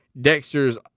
Dexter's